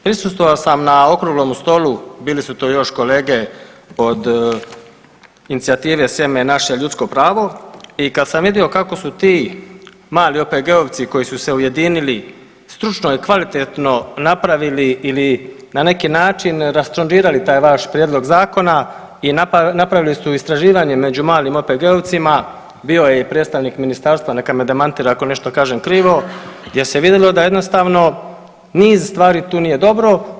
Prisustvovao sam na okruglom stolu bili su to još kolege od inicijative „Sjeme je naše ljudsko pravo“ i kada sam vidio kako su ti mali OPG-ovci koji su se ujedinili stručno i kvalitetno napravili ili na neki način rastrančinali taj vaš Prijedlog zakona i napravili su istraživanje među malim OPG-ovcima bio je i predstavnik ministarstva neka me demantira ako nešto kažem krivo, gdje se vidjelo da jednostavno niz stvari tu nije dobro.